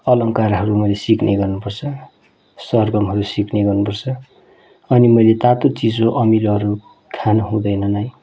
अलङ्कारहरू मैले सक्ने गर्नुपर्छ सरगमहरू सिक्ने गर्नुपर्छ अनि मैले तातो चिसो अमिलोहरू खान हुँदैन नै